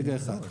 רגע אחד,